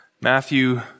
Matthew